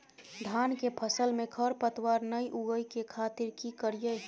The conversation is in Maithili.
धान के फसल में खरपतवार नय उगय के खातिर की करियै?